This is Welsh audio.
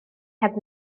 heb